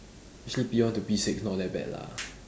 actually P one to P six not that bad lah